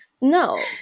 No